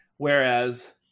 Whereas